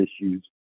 issues